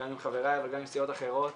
גם עם חבריי וגם עם סיעות אחרות.